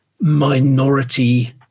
minority